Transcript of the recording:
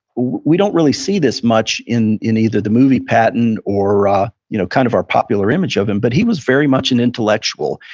we don't really see this much in in either the movie patton or ah you know kind of our popular image of him, but he was very much an intellectual.